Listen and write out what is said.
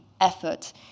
effort